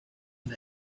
and